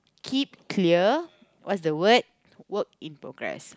keep clear what's the word work in progress